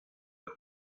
los